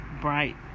bright